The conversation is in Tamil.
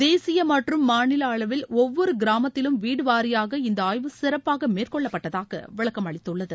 தேசிய மற்றும் மாநில அளவில் ஒவ்வொரு கிராமத்திலும் வீடு வாரியாக இந்த ஆய்வு சிறப்பாக மேற்கொள்ளப்பட்டதாக விளக்கமளித்துள்ளது